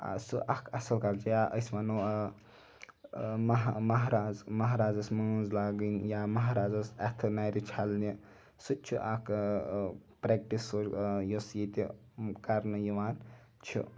سُہ اکھ اَصِل کَلچَر یا أسۍ وَنو ماہ ماہراز ماہرازَس مٲنٛز لاگٕنۍ یا ماہرازَس اَتھہٕ نَرِ چھَلنہِ سُتہِ چھُ اَکھ پریٚکٹِس یۄس ییٚتہِ کَرنہٕ یِوان چھِ